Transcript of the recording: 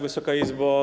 Wysoka Izbo!